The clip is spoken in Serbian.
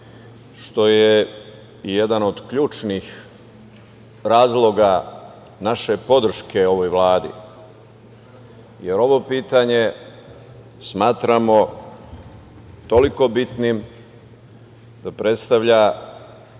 što je jedan od ključnih razloga naše podrške ovoj Vladi, jer ovo pitanje smatramo toliko bitnim da predstavlja